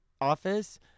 Office